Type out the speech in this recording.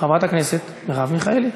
חברת הכנסת מרב מיכאלי.